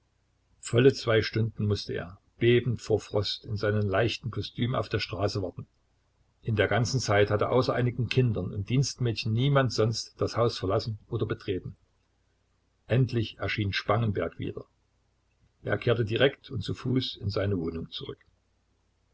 volle zwei stunden mußte er bebend vor frost in seinem leichten kostüm auf der straße warten in der ganzen zeit hatte außer einigen kindern und dienstmädchen niemand sonst das haus verlassen oder betreten endlich erschien spangenberg wieder er kehrte direkt und zu fuß in seine wohnung zurück